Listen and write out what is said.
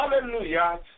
Hallelujah